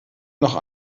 noch